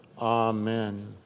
Amen